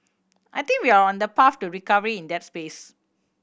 I think we're on a path to recovery in that space